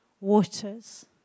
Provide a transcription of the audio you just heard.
waters